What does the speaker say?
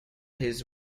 his